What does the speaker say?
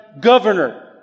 governor